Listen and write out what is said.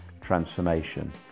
transformation